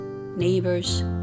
neighbors